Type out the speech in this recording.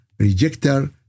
rejecter